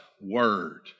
word